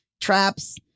traps